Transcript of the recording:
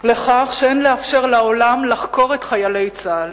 לכך שאין לאפשר לעולם לחקור את חיילי צה"ל.